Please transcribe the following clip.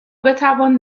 بتوان